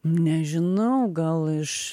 nežinau gal iš